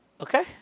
Okay